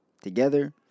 together